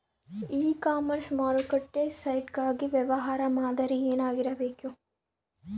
E commerce ಮಾರುಕಟ್ಟೆ site ಗಾಗಿ ವ್ಯವಹಾರ ಮಾದರಿ ಏನಾಗಿರಬೇಕು?